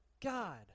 God